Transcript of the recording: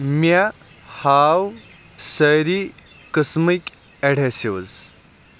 مےٚ ہاو سٲری قٕسمٕکۍ ایڈہیٚسِوٗز